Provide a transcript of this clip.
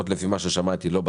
כי